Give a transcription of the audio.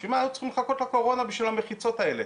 בשביל מה היו צריכים לחכות לקורונה בשביל המחיצות האלה?